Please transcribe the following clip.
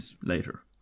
later